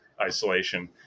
isolation